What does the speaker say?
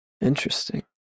Interesting